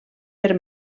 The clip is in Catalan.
per